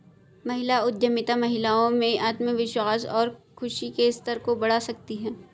महिला उद्यमिता महिलाओं में आत्मविश्वास और खुशी के स्तर को बढ़ा सकती है